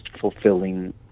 fulfilling